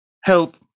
help